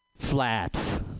flat